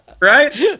right